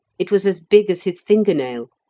it was as big as his finger-nail,